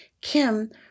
Kim